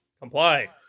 Comply